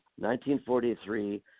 1943